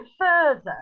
further